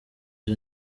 izo